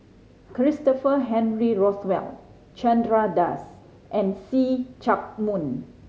Christopher Henry Rothwell Chandra Das and See Chak Mun